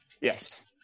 Yes